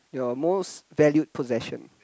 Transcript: your most valued possession